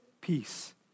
peace